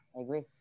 agree